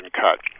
cut